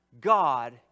God